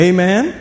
Amen